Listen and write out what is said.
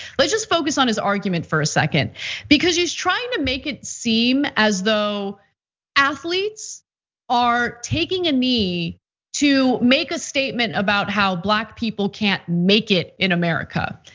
let's just focus on his argument for a second because he's trying to make it seem as though athletes are taking a knee to make a statement about how black people can't make it in america.